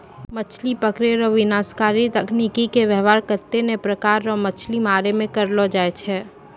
मछली पकड़ै रो विनाशकारी तकनीकी के वेवहार कत्ते ने प्रकार रो मछली मारै मे करलो जाय छै